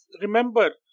remember